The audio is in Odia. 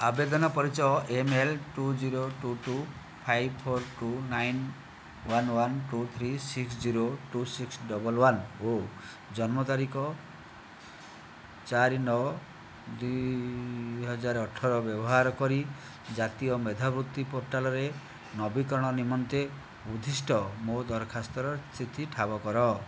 ଆବେଦନ ପରିଚୟ M L two zero two two five four two nine one one two three six zero two six double one ଓ ଜନ୍ମ ତାରିଖ ଚାରି ନଅ ଦୁଇହଜାର ଅଠର ବ୍ୟବହାର କରି ଜାତୀୟ ମେଧାବୃତ୍ତି ପୋର୍ଟାଲରେ ନବୀକରଣ ନିମନ୍ତେ ଉଦ୍ଦିଷ୍ଟ ମୋ ଦରଖାସ୍ତର ସ୍ଥିତି ଠାବ କର